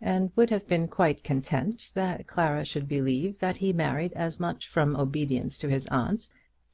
and would have been quite content that clara should believe that he married as much from obedience to his aunt